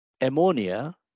ammonia